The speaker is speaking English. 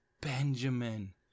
Benjamin